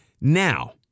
Now